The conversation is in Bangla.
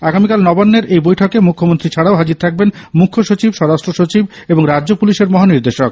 আগামীকাল নবান্নের এই বৈঠকে মুখ্যমন্ত্রী ছাড়াও হাজির থাকবেন মুখ্যসচিব স্বরাষ্ট্র সচিব এবং রাজ্য পুলিশের মহানির্দেশক